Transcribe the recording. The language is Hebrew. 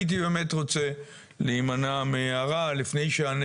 אבל הייתי באמת רוצה להימנע מהערה לפני שאני